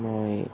মই